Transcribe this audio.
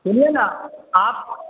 سنیے نا آپ